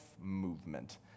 movement